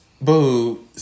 Boo